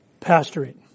pastoring